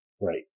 Right